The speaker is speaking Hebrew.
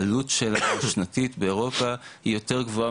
העלות השנתית באירופה היא יותר גבוהה